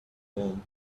home